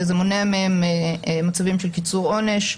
זה מונע מהם מצבים של קיצור ענישה.